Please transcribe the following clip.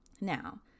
now